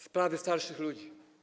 Sprawy starszych ludzi.